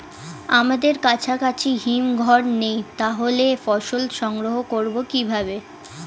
আমাদের কাছাকাছি হিমঘর নেই তাহলে ফসল সংগ্রহ করবো কিভাবে?